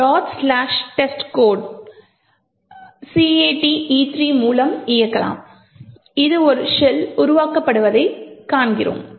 testcode மூலம் இயக்கலாம் மற்றும் ஒரு ஷெல் உருவாக்கப்படுவதைக் காண்கிறோம்